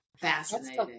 Fascinating